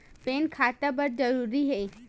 Pan खाता बर जरूरी हे?